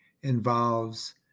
involves